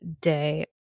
day